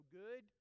good